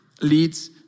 leads